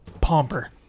Pomper